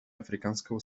африканского